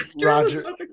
roger